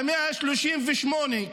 ה-138,